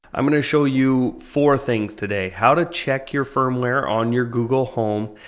i'm going to show you four things today. how to check your firmware on your google home,